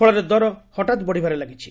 ଫଳରେ ଦର ହଠାତ୍ ବଢ଼ିବାରେ ଲାଗିଛି